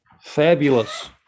fabulous